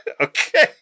Okay